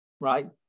right